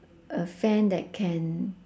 a fan that can